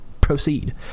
proceed